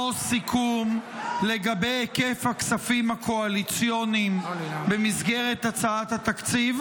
סיכום לגבי היקף הכספים הקואליציוניים במסגרת הצעת התקציב,